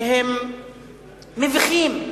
שהם מביכים.